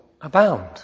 abound